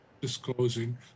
disclosing